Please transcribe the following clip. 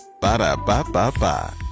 Ba-da-ba-ba-ba